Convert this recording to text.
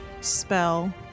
spell